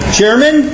Chairman